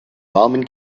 warmen